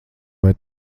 vai